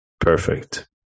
perfect